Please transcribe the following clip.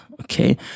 Okay